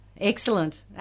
Excellent